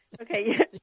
okay